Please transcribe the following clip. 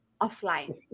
offline